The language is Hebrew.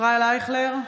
(קוראת בשמות חברי הכנסת) ישראל אייכלר,